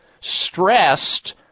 stressed